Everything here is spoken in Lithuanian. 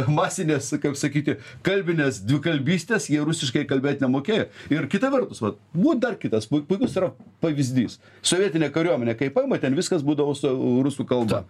masinės kaip sakyti kalbinės dvikalbystės jie rusiškai kalbėt nemokėjo ir kita vertus vat nu dar kitas pu puikus yra pavyzdys sovietinė kariuomenė kai paima ten viskas būdavo su rusų kalba